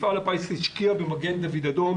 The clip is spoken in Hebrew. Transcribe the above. מפעל הפיס השקיע במגן דוד אדום,